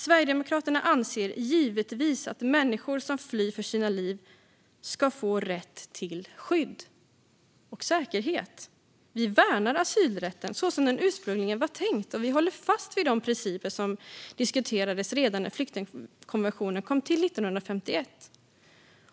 Sverigedemokraterna anser givetvis att människor som flyr för sina liv ska få rätt till skydd och säkerhet. Vi värnar asylrätten så som den ursprungligen var tänkt, och vi håller fast vid de principer som diskuterades redan när flyktingkonventionen kom till 1951.